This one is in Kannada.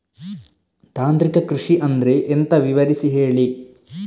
ತಾಂತ್ರಿಕ ಕೃಷಿ ಅಂದ್ರೆ ಎಂತ ವಿವರಿಸಿ ಹೇಳಿ